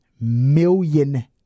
million